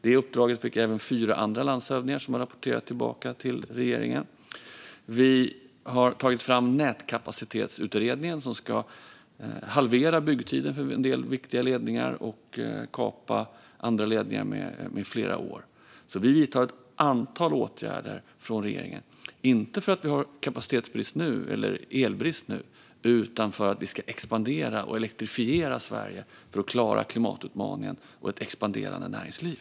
Det uppdraget fick även fyra andra landshövdingar, som också har rapporterat tillbaka till regeringen. Vi har tagit fram en nätkapacitetsutredning som ska halvera byggtiden för en del viktiga ledningar och kapa den med flera år för andra ledningar. Vi i regeringen vidtar alltså ett antal åtgärder - inte för att vi skulle ha kapacitetsbrist eller elbrist nu, utan för att vi ska expandera och elektrifiera Sverige för att klara klimatutmaningen och ett expanderande näringsliv.